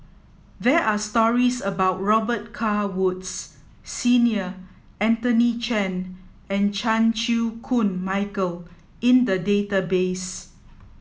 there are stories about Robet Carr Woods Senior Anthony Chen and Chan Chew Koon Michael in the database